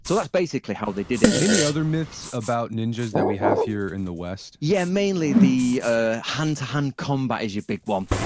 so that's basically how they did it any other myths about ninjas that we have here in the west? yeah, mainly the ah hand to hand combat is your big one.